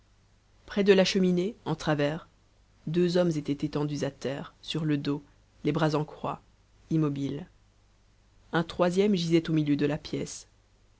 près de la cheminée en travers deux hommes étaient étendus à terre sur le dos les bras en croix immobiles un troisième gisait au milieu de la pièce